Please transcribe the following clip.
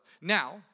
now